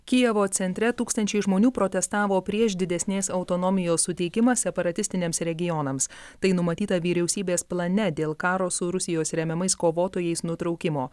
kijevo centre tūkstančiai žmonių protestavo prieš didesnės autonomijos suteikimą separatistiniams regionams tai numatyta vyriausybės plane dėl karo su rusijos remiamais kovotojais nutraukimo